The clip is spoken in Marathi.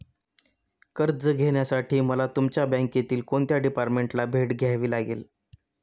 कर्ज घेण्यासाठी मला तुमच्या बँकेतील कोणत्या डिपार्टमेंटला भेट द्यावी लागेल?